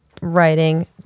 writing